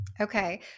Okay